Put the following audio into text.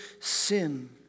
sin